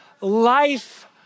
life